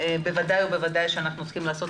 בוודאי ובוודאי שאנחנו צריכים לעשות